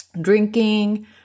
drinking